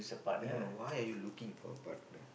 I don't know why are you looking for a partner